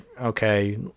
okay